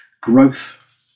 growth